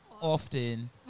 often